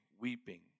weeping